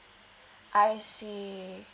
I see